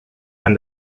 and